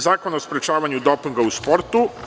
Zakona o sprečavanju dopinga u sportu.